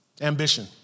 Ambition